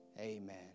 amen